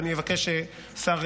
ואני אבקש שהשר